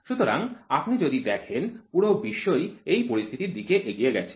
সুতরাং আপনি যদি দেখেন পুরো বিশ্ব ই এই পরিস্থিতির দিকে এগিয়ে গেছে